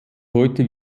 heute